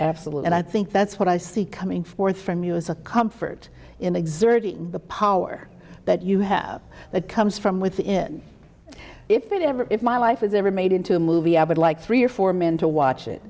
absolutely and i think that's what i see coming forth from you is a comfort in exerting the power that you have that comes from within if it ever if my life is ever made into a movie i would like three or four men to watch it